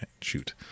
Shoot